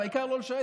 העיקר לא לשרת,